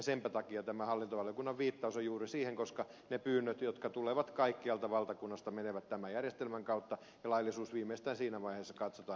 senpä takia tämä hallintovaliokunnan viittaus on juuri siihen koska ne pyynnöt jotka tulevat kaikkialta valtakunnasta menevät tämän järjestelmän kautta ja laillisuus viimeistään siinä vaiheessa katsotaan